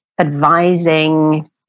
advising